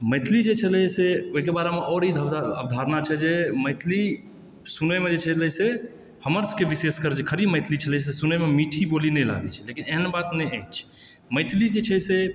मैथिली जे छलै से ओहिके बारेमे आओर ईधर उधर अवधारणा छै जे मैथिली सुनएमे जे छलै से हमर सबके विशेषकर जे खड़ी मैथिली छलै से सुनैमे मीठी बोली नहि लागै छलै लेकिन एहन बात नहि अछि मैथिली जे छै से